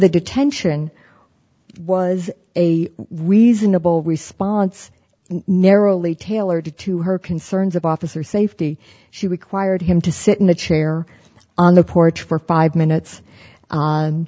the detention was a reasonable response narrowly tailored to her concerns of officer safety she required him to sit in a chair on the porch for five minutes